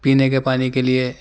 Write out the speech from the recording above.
پینے کے پانی کے لیے